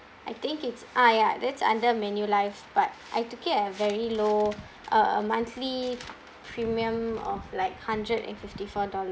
I think it's ah ya that's under manulife but I took it at very low uh monthly premium of like hundred and fifty four dollars